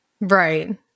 Right